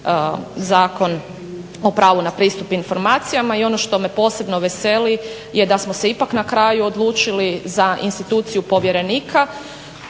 Zakon o pravu na pristup informacijama. I ono što me posebno veseli je da smo se ipak na kraju odlučili za instituciju povjerenika